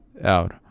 out